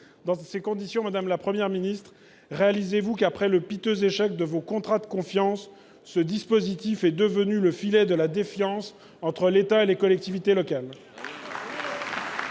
Dans ces conditions, madame la Première ministre, vous rendez vous compte que, après le piteux échec de vos contrats de confiance, ce dispositif est devenu le filet de la défiance entre l’État et les collectivités locales ?